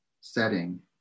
setting